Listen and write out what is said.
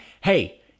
hey